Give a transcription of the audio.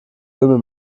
lümmel